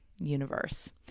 Universe